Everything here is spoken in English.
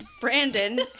Brandon